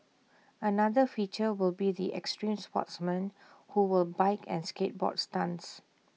another feature will be the extreme sportsmen who will bike and skateboard stunts